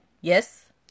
Yes